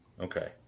Okay